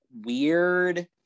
weird